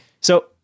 So-